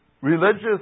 Religious